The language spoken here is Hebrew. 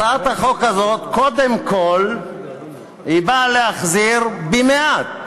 הצעת החוק הזאת קודם כול באה להחזיר במעט